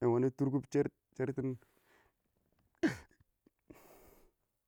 dɪ wɔnɛ tʊrkʊb